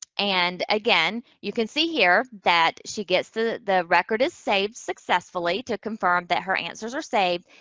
and, again, you can see here that she gets, the the record is saved successfully to confirm that her answers are saved.